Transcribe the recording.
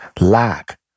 lack